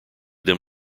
them